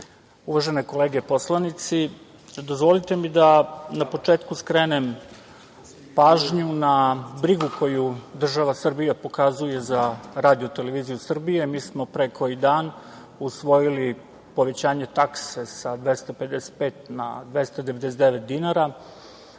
uvažene kolege poslanici, dozvolite mi da na početku skrenem pažnju na brigu koju država Srbija pokazuje za RTS, mi smo pre neki dan usvojili povećanje takse sa 255 na 299 dinara,